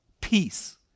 peace